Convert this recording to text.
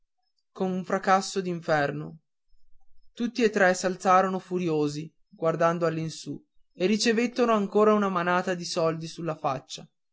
con un fracasso d'inferno tutti e tre s'alzarono furiosi guardando all'in su e ricevettero ancora una manata di soldi